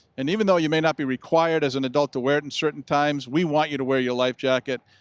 and even though you may not be required as an adult to wear it in certain times, we want you to wear your life jacket.